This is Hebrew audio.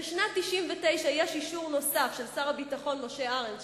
בשנת 1999 יש אישור נוסף של שר הביטחון משה ארנס,